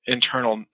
internal